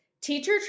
teacher